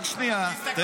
רק שנייה.